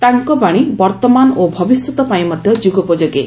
ତାଙ୍କ ବାଶୀ ବର୍ତ୍ତମାନ ଓ ଭବିଷ୍ୟତ ପାଇଁ ମଧ୍ୟ ଯୁଗୋପଯୋଗୀ